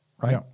right